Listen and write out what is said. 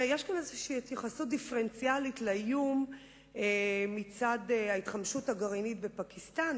יש התייחסות דיפרנציאלית לאיום של ההתחמשות הגרעינית בפקיסטן,